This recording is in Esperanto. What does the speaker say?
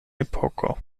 epoko